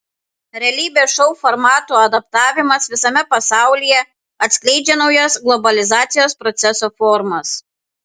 realybės šou formatų adaptavimas visame pasaulyje atskleidžia naujas globalizacijos proceso formas